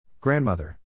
Grandmother